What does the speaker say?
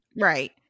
right